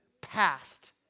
past